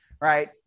right